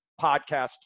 podcast